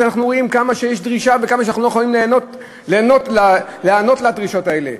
שאנחנו רואים שיש דרישה ושאנחנו לא יכולים להיענות לדרישות האלה,